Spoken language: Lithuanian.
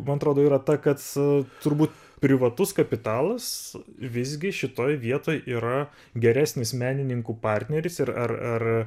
man atrodo yra ta kad turbūt privatus kapitalas visgi šitoj vietoj yra geresnis menininkų partneris ir ar ar